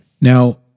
Now